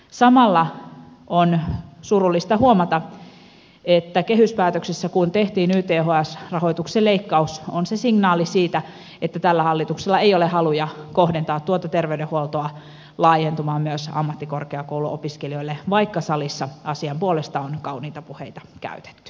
samalla on surullista huomata että kun kehyspäätöksessä tehtiin yths rahoituksen leikkaus on se signaali siitä että tällä hallituksella ei ole haluja kohdentaa tuota terveydenhuoltoa laajentumaan myös ammattikorkeakouluopiskelijoille vaikka salissa asian puolesta on kauniita puheita käytetty